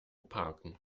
parken